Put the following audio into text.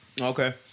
Okay